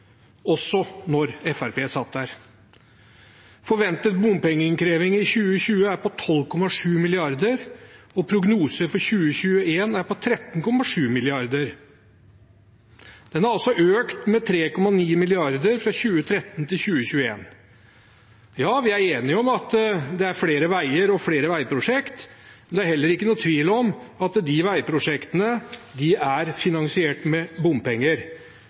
også da Fremskrittspartiet satt der. Forventet bompengeinnkreving i 2020 er på 12,7 mrd. kr, og prognosen for 2021 er på 13,7 mrd. kr. Det har økt med 3,9 mrd. kr fra 2013 til 2021. Ja, vi er enige om at det er flere veier og flere veiprosjekt, men det er heller ikke noen tvil om at de veiprosjektene er finansiert med bompenger.